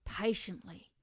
patiently